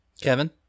Kevin